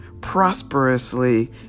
prosperously